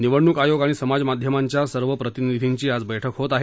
निवडणूक आयोग आणि समाज माध्यमांच्या सर्व प्रतिनिधीची आज बैठक होत आहे